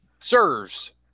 serves